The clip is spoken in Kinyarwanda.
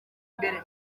imbere